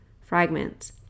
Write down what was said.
fragments